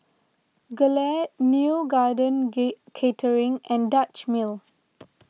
Gelare Neo Garden Kate Catering and Dutch Mill